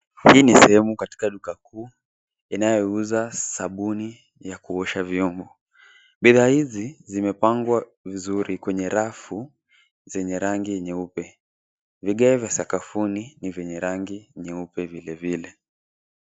Hii ni sehemu katika duka kuu, inayouza sabuni ya kuosha vyombo. Bidhaa hizi zimepangwa vizuri kwenye rafu zenye rangi nyeupe. Vigae vya sakafuni ni vyenye rangi nyeupe vilevile.